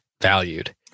valued